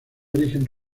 origen